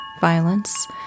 violence